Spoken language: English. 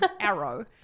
arrow